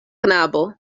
knabo